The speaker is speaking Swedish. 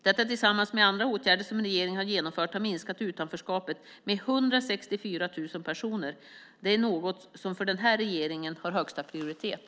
Detta tillsammans med andra åtgärder som regeringen har genomfört har minskat utanförskapet med 164 000 personer. Det är något som för den här regeringen har högsta prioritet.